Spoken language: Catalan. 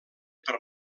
per